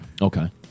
Okay